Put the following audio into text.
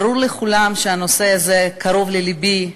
ברור לכולם שהנושא הזה קרוב ללבי.